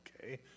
okay